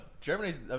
Germany's